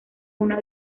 una